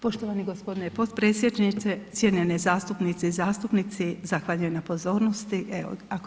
Poštovani gospodine potpredsjedniče, cijenjene zastupnice i zastupnici zahvaljujem na pozornosti, evo ako